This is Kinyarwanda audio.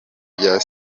bya